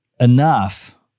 enough